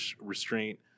restraint